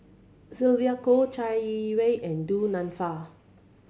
Sylvia Kho Chai Yee Wei and Du Nanfa